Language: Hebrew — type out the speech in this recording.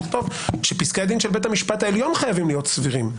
לכתוב שפסקי הדין של בית משפט העליון חייבים להיות סבירים.